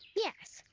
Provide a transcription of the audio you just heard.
yes,